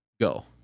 go